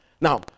Now